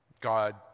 God